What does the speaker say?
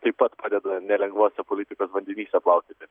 taip pat padeda nelengvuose politikos vandenyse plaukioti